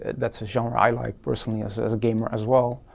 that's a genre i like personally as as a gamer as well,